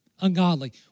ungodly